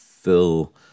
fill